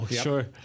sure